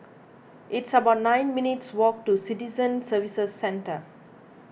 it's about nine minutes' walk to Citizen Services Centre